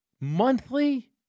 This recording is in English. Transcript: Monthly